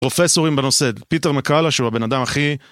פרופסורים בנושא, פיטר מקאלה שהוא הבן אדם הכי...